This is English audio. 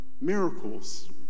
miracles